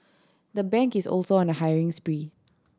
the bank is also on a hiring spree